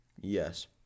Yes